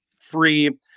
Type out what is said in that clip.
free